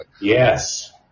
Yes